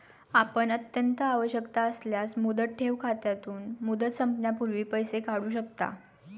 आपण अत्यंत आवश्यकता असल्यास मुदत ठेव खात्यातून, मुदत संपण्यापूर्वी पैसे काढू शकता